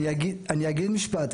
אני אגיד משפט.